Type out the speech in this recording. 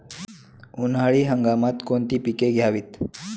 उन्हाळी हंगामात कोणती पिके घ्यावीत?